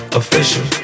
official